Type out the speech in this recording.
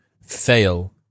fail